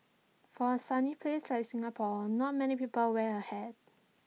for A sunny place like Singapore not many people wear A hat